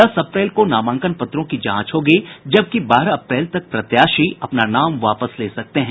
दस अप्रैल को नामांकन पत्रों की जांच होगी जबकि बारह अप्रैल तक प्रत्याशी अपना नाम वापस ले सकते हैं